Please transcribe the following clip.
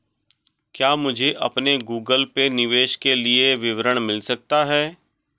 क्या मुझे अपने गूगल पे निवेश के लिए विवरण मिल सकता है?